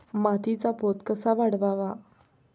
मातीचा पोत कसा वाढवावा?